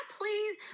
please